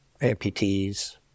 amputees